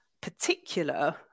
particular